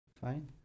fine